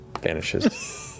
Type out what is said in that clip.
vanishes